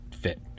fit